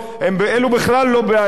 אלו בכלל לא בעיה.